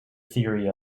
theory